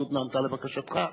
הנשיאות נענתה לבקשתך,